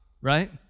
right